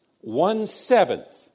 one-seventh